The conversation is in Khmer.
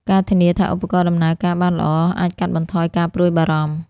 ការធានាថាឧបករណ៍ដំណើរការបានល្អ អាចកាត់បន្ថយការព្រួយបារម្ភ។